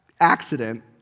accident